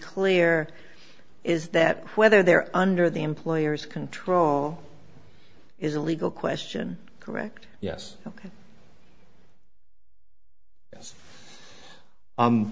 clear is that whether they're under the employer's control is a legal question correct yes ok yes